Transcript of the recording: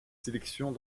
sélections